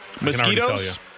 Mosquitoes